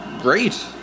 Great